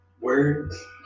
words